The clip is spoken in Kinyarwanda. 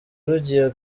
rugiye